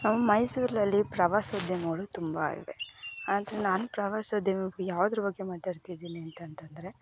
ಮೈಸೂರಲ್ಲಿ ಪ್ರವಾಸೋದ್ಯಮಗಳು ತುಂಬ ಇವೆ ಆದರೆ ನಾನು ಪ್ರವಾಸೋದ್ಯಮ ಯಾವುದ್ರ ಬಗ್ಗೆ ಮಾತಾಡ್ತಿದ್ದೀನಿ ಅಂತಂತಂದರೆ